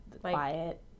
quiet